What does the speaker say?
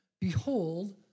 behold